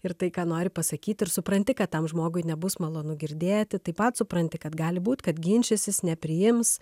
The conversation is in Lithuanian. ir tai ką nori pasakyt ir supranti kad tam žmogui nebus malonu girdėti taip pat supranti kad gali būt kad ginčysis nepriims